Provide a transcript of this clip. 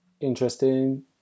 interesting